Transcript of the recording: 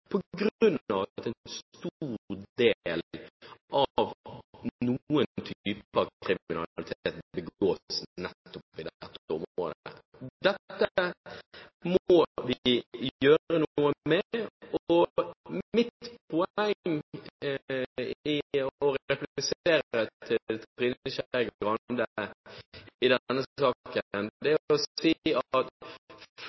at en stor del av noen typer kriminalitet begås nettopp i dette området. Dette må vi gjøre noe med. Mitt poeng – for å replisere til Trine Skei Grande i